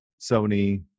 sony